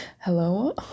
hello